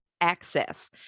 access